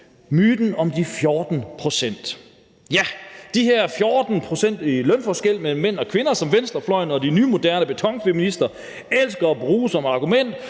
myten om de 14 pct., ja, de her 14 pct. i lønforskel mellem mænd og kvinder, som venstrefløjen og de nymoderne betonfeminister elsker at bruge som argument